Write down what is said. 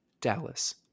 Dallas